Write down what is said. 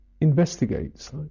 investigates